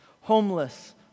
homeless